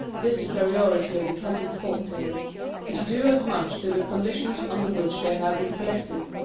this superiority of the celtic folk-tales is due as much to the conditions under which they have been collected,